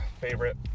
favorite